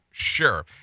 sure